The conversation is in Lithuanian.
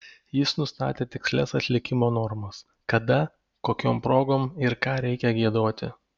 jis nustatė tikslias atlikimo normas kada kokiom progom ir ką reikia giedoti